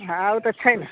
हँ